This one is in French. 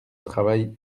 travail